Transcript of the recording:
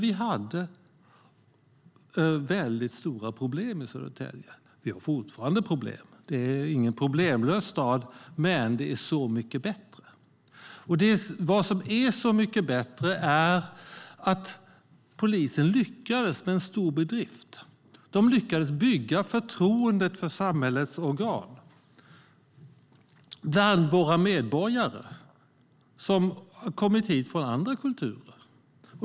Vi hade stora problem i Södertälje, och vi har fortfarande problem. Det är ingen problemlös stad, men det är så mycket bättre. Polisen lyckades med en stor bedrift, för de lyckades bygga upp ett förtroende för samhällets organ bland våra invånare som kommit hit från andra kulturer.